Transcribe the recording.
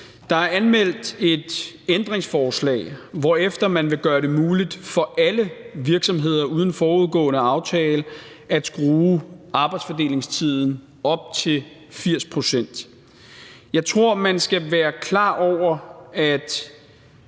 Der er anmeldt et ændringsforslag, hvorefter man vil gøre det muligt for alle virksomheder uden forudgående aftale at skrue arbejdsfordelingstiden op til 80 pct. Jeg tror, man skal være klar over, at